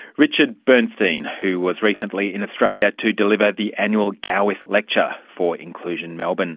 richard bernstein, who was recently in australia to deliver the annual gawith lecture for inclusion melbourne.